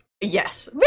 Yes